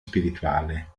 spirituale